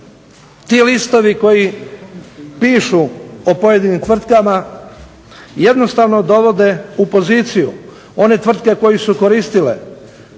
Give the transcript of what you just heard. ti listovi koji pišu o pojedinim tvrtkama jednostavno dovode u poziciju one tvrtke koje su koristile